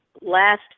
last